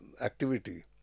activity